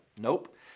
Nope